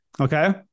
Okay